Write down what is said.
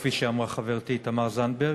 כפי שאמרה חברתי תמר זנדברג,